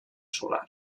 solar